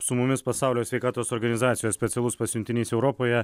su mumis pasaulio sveikatos organizacijos specialus pasiuntinys europoje